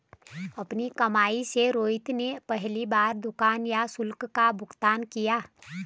अपनी कमाई से रोहित ने पहली बार दुकान के शुल्क का भुगतान किया